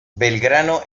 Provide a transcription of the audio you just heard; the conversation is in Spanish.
belgrano